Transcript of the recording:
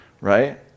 right